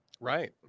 Right